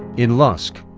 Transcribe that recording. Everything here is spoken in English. in lusk,